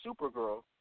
Supergirl